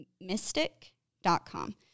mystic.com